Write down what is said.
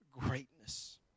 greatness